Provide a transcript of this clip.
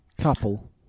couple